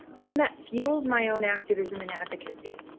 one that fuels my own activism and advocacy.